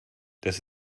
das